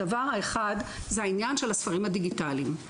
הדבר האחד זה העניין של הספרים הדיגיטליים.